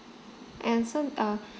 and also uh